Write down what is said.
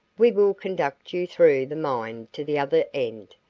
we will conduct you through the mine to the other end,